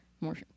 More